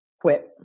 quit